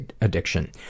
addiction